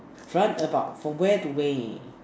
run about from where to where